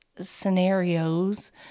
scenarios